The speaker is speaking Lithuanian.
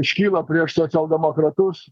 iškyla prieš socialdemokratus